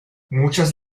muchas